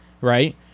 Right